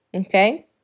Okay